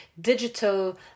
digital